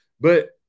But-